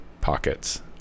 pockets